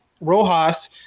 Rojas